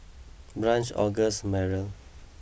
Branch August Myrl